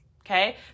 okay